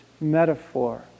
metaphor